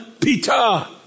Peter